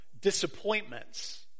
disappointments